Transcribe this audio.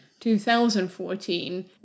2014